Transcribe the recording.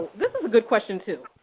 this is a good question too,